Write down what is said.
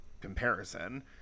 comparison